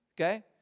Okay